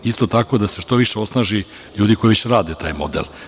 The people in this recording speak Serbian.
Isto tako da se što više osnaži ljudi koji više rade taj model.